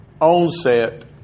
onset